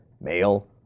male